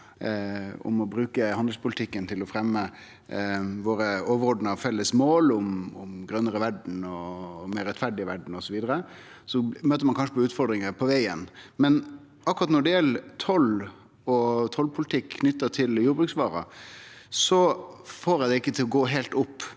om å bruke handelspolitikken til å fremje våre overordna felles mål om ei grønare og meir rettferdig verd, osv. Så møter ein kanskje på utfordringar på vegen, men akkurat når det gjeld toll og tollpolitikk knytt til jordbruksvarer, får eg det ikkje til å gå heilt opp.